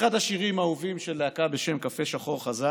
אחד השירים האהובים של להקה בשם "קפה שחור חזק"